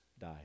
die